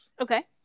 Okay